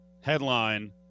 headline